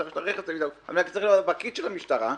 אני צריך להיות פקיד של המשטרה,